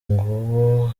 nguwo